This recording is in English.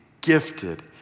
gifted